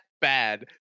bad